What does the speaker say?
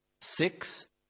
six